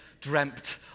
dreamt